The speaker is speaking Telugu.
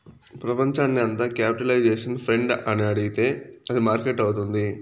ప్రపంచాన్ని అంత క్యాపిటలైజేషన్ ఫ్రెండ్ అని అడిగితే అది మార్కెట్ అవుతుంది